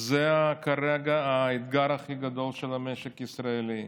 זה כרגע האתגר הכי גדול של המשק הישראלי.